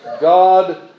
God